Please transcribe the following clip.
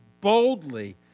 boldly